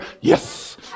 Yes